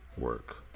work